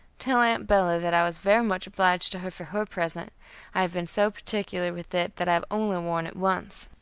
tell aunt bella that i was very much obliged to her for her present i have been so particular with it that i have only worn it once.